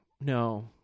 no